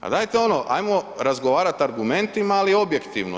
Pa dajte ono, ajmo razgovarati argumentima ali objektivno.